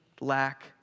lack